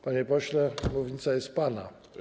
Panie pośle, mównica jest pana.